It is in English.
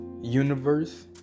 universe